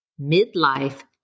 midlife